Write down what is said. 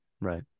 right